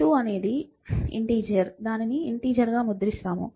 p2 అనేది integer దానిని integer గా ముద్రించండి